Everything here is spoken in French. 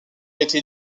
été